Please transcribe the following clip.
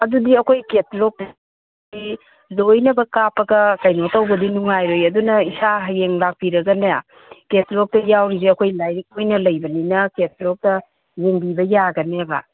ꯑꯗꯨꯗꯤ ꯑꯩꯈꯣꯏ ꯀꯦꯇꯂꯣꯛ ꯂꯣꯏꯅꯃꯛ ꯀꯥꯞꯄꯒ ꯀꯩꯅꯣ ꯇꯧꯕꯗꯤ ꯅꯨꯡꯉꯥꯏꯔꯣꯏꯌꯦ ꯑꯗꯨꯅ ꯏꯁꯥ ꯍꯌꯦꯡ ꯂꯥꯛꯄꯤꯔꯒꯅꯦ ꯀꯦꯇꯂꯣꯛꯇ ꯌꯥꯎꯔꯤꯁꯦ ꯑꯩꯈꯣꯏ ꯂꯥꯏꯔꯤꯛ ꯑꯣꯏꯅ ꯂꯩꯕꯅꯤꯅ ꯀꯦꯇꯂꯣꯛꯇ ꯌꯦꯡꯕꯤꯕ ꯌꯥꯒꯅꯦꯕ